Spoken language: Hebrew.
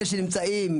וגם אלה שנמצאים,